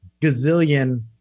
gazillion